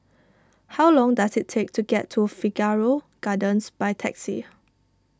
how long does it take to get to Figaro Gardens by taxi